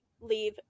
leave